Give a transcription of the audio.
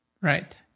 Right